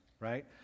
right